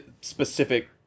specific